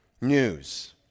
news